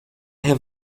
have